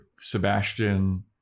Sebastian